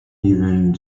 even